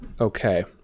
Okay